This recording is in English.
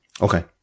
Okay